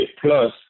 plus